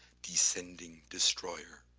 descending destroyer,